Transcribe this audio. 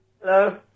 Hello